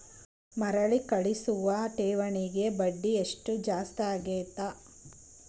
ಮರುಕಳಿಸುವ ಠೇವಣಿಗೆ ಬಡ್ಡಿ ಎಷ್ಟ ಜಾಸ್ತಿ ಆಗೆದ?